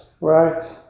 right